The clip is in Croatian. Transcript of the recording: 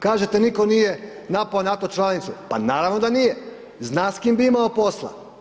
Kažete nitko nije napao NATO članicu, pa naravno da nije, zna s kim bi imao posla.